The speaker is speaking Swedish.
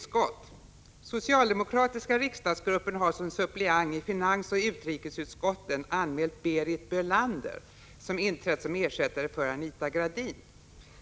Socialdemokratiska rikdagsgruppen har som suppleant i finansoch utrikesutskotten anmält Berit Bölander, som inträtt som ersättare för Anita Gradin.